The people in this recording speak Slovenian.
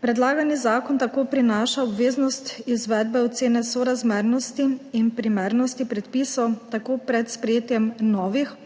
Predlagani zakon tako prinaša obveznost izvedbe ocene sorazmernosti in primernosti predpisov tako pred sprejetjem novih